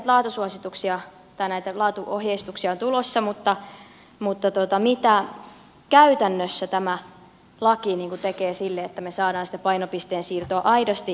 minä tiedän että näitä laatuohjeistuksia on tulossa mutta mitä käytännössä tämä laki tekee sille että me saamme sitä painopisteen siirtoa aidosti vauhditettua